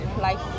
life